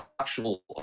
actual